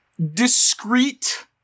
discreet